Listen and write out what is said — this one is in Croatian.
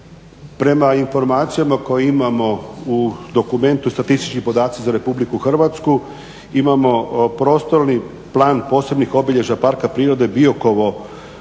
Prema informacijama koje imamo u dokumentu, statistički podaci za RH, imamo prostorni plan posebnih obilježja Parka prirode Biokovo